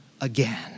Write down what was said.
again